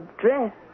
dress